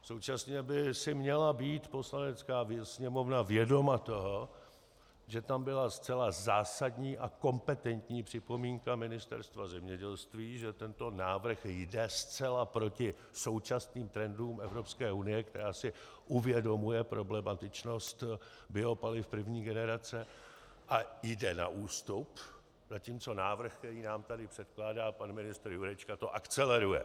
Současně by si měla být Poslanecká sněmovna vědoma toho, že tam byla zcela zásadní a kompetentní připomínka Ministerstva zemědělství, že tento návrh jde zcela proti současným trendům Evropské unie, která si uvědomuje problematičnost biopaliv první generace a jde na ústup, zatímco návrh, který nám tady předkládá pan ministr Jurečka, to akceleruje.